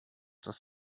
das